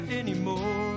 anymore